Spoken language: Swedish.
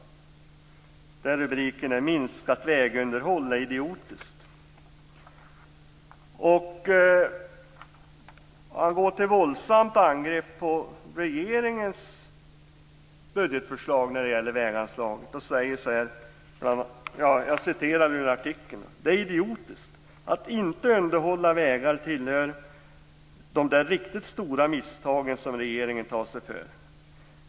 Rubriken är: "Minskat vägunderhåll är idiotiskt". Han går till våldsamt angrepp på regeringens budgetförslag när det gäller väganslaget, och säger bl.a. följande. Jag citerar ur artikeln: "Det är idiotiskt! Att inte underhålla vägar tillhör de där riktigt stora misstagen som regeringen tar sig för.